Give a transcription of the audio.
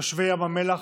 תושבי ים המלח,